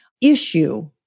issue